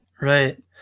Right